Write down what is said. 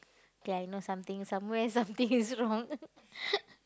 K I know something somewhere something is wrong